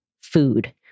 food